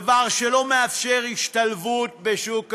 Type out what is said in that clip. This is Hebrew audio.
דבר שלא מאפשר השתלבות בשוק העבודה.